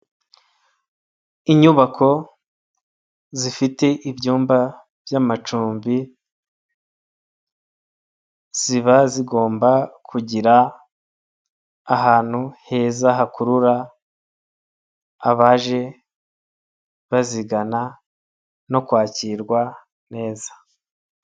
Inyubako zifite ibyumba byamacumbi, ziba zigomba kugira ahantu heza hakurura abaje bazigana no kwakirwa neza.